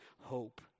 hope